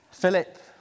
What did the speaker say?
Philip